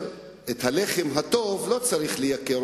את הלחם הטוב לא צריך לייקר,